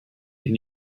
can